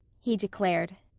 he declared.